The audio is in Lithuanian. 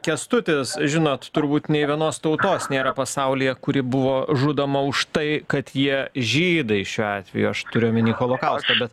kęstutis žinot turbūt nei vienos tautos nėra pasaulyje kuri buvo žudoma už tai kad jie žydai šiuo atveju aš turiu omeny holokaustą bet